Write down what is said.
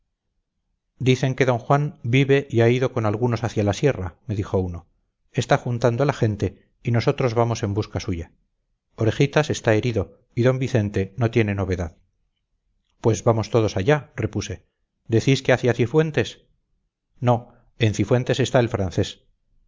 dicen que d juan vive y ha ido con algunos hacia la sierra me dijo uno está juntando la gente y nosotros vamos en busca suya orejitas está herido y d vicente no tiene novedad pues vamos todos allá repuse decís que hacia cifuentes no en cifuentes está el francés